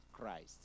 Christ